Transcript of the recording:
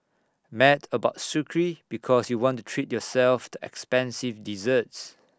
mad about Sucre because you want to treat yourself to expensive desserts